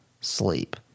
Sleep